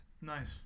nice